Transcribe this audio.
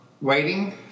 waiting